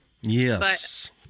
Yes